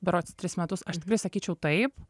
berods tris metus aš tikrai sakyčiau taip